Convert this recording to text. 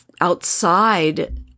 outside